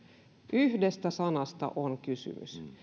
yhdestä sanasta on kysymys